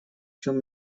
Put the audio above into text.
чем